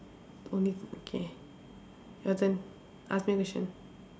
only k your turn ask me question